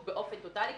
באופן טוטלי.